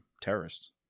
terrorists